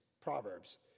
Proverbs